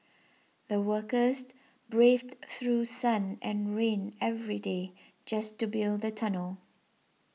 the workers braved through sun and rain every day just to build the tunnel